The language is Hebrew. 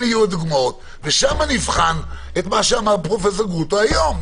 אלה יהיו הדוגמאות ושם נבחן את מה שאמר פרופ' גרוטו היום.